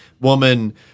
woman –